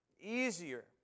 easier